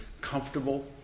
comfortable